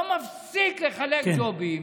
לא מפסיק לחלק ג'ובים